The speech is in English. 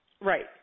Right